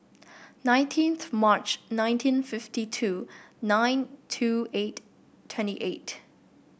nineteenth March nineteen fifty two nine two eight twenty eight